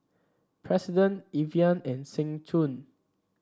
President Evian and Seng Choon